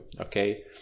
okay